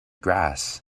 grass